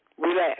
Relax